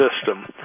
system